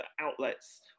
outlets